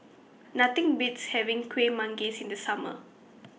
Nothing Beats having Kueh Manggis in The Summer